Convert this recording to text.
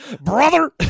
Brother